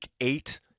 eight